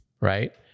Right